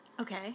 Okay